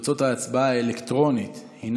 תוצאות ההצבעה האלקטרונית הן